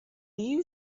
you